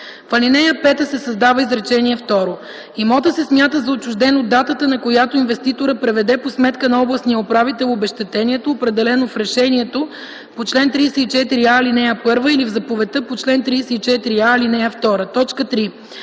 В ал. 5 се създава изречение второ: „Имотът се смята за отчужден от датата, на която инвеститорът преведе по сметка на областния управител обезщетението, определено в решението по чл. 34а, ал. 1 или в заповедта по чл. 34а, ал. 2.”